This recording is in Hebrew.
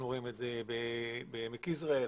אנחנו רואים את זה בעמק יזרעאל,